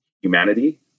humanity